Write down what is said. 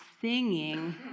singing